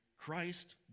Christ